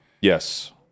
Yes